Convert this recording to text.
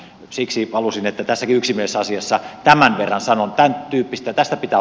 siksi halusin että tässäkin yksimielisessä asiassa tämän verran sanon tän tyyppistä tästä pidä